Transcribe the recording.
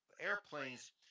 airplanes